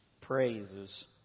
praises